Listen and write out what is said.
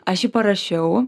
aš jį parašiau